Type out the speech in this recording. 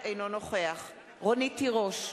אינו נוכח רונית תירוש,